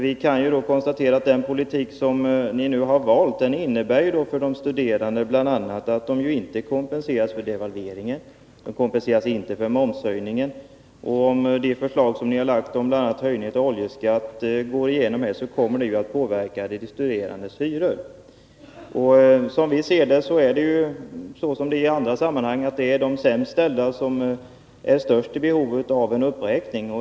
Vi kan alltså konstatera att den politik som ni nu har valt innebär för de studerande bl.a. att de inte kompenseras för devalveringen och inte för momshöjningen. Om de förslag som ni har lagt fram om bl.a. höjning av oljeskatten går igenom, kommer det att påverka de studerandes hyror. Som vi ser det är det här som i andra sammanhang de sämst ställda som är i störst behov av en uppräkning.